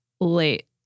late